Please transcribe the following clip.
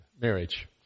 Marriage